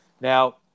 Now